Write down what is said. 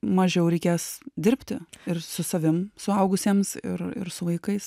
mažiau reikės dirbti ir su savim suaugusiems ir ir su vaikais